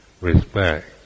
respect